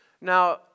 Now